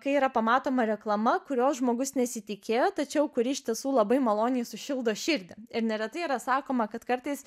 kai yra pamatoma reklama kurios žmogus nesitikėjo tačiau kuri iš tiesų labai maloniai sušildo širdį ir neretai yra sakoma kad kartais